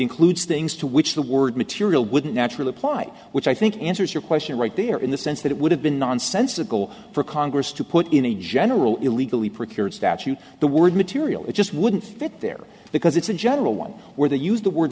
includes things to which the word material wouldn't naturally apply which i think answers your question right there in the sense that it would have been nonsensical for congress to put in a general illegally procured statute the word material it just wouldn't fit there because it's a general one where they use the word